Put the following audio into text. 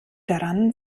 daran